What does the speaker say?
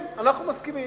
כן, אנחנו מסכימים,